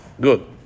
good